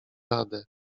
radę